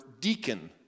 deacon